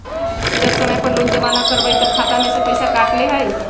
जब समय पर लोन जमा न करवई तब खाता में से पईसा काट लेहई?